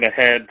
ahead